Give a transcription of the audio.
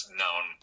known